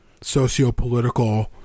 sociopolitical